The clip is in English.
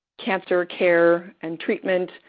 cancer care and treatment,